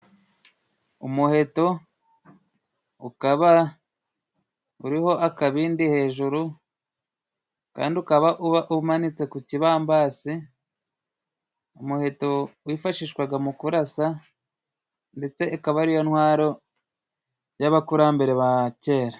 Umuheto ukaba uriho akabindi hejuru ,kandi ukaba uba umanitse ku kibambasi. Umuheto wifashishwaga mu kurasa, ndetse ikaba ariyo ntwaro y'abakurambere ba kera.